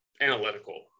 Analytical